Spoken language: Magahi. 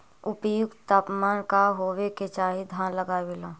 उपयुक्त तापमान का होबे के चाही धान लगावे ला?